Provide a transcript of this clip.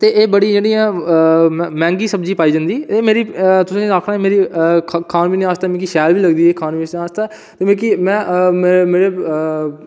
ते एह् बड़ी जेह्की मैहंगी सब्ज़ी पाई जंदी ते एह् मेरी में आक्खना की एह् मिगी मेरे खाने पीने आस्तै मिगी शैल बी लगदी खाने पीने आस्तै ते मिगी में